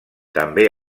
també